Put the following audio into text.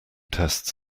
tests